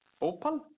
Opal